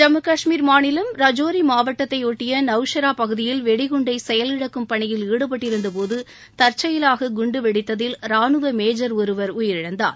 ஜம்மு காஷ்மீர் மாநிலம் ரஜோரி மாவட்டத்தையொட்டிய நவ்ஷரா பகுதியில் வெடிகுண்டை செயல் இழக்கும் பணியில் ஈடுபட்டிருந்தபோது தற்செயலாக குண்டு வெடித்ததில் ராணுவ மேஜர் ஒருவர் உயிரிழந்தார்